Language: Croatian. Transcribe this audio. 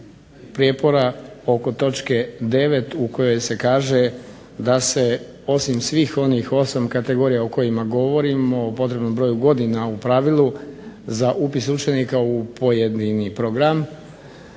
prijepora oko točke 9. u kojoj se kaže da se osim svih onih 8 kategorija o kojima govorimo, o potrebnom broju godina u pravilu za upis učenika u pojedini program,